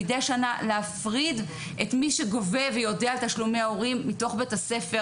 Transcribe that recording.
מידי שנה להפריד את מי שגובה ויודע תשלומי הורים מתוך בית הספר.